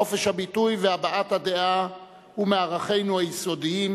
חופש הביטוי והבעת הדעה הוא מערכינו היסודיים,